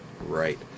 Right